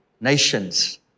Nations